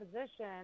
position